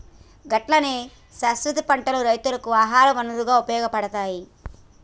గట్లనే శాస్వత పంటలు రైతుకు ఆహార వనరుగా ఉపయోగపడతాయి